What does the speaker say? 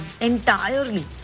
entirely